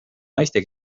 naiste